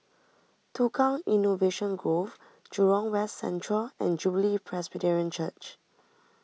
Tukang Innovation Grove Jurong West Central and Jubilee Presbyterian Church